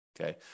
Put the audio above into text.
okay